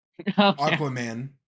Aquaman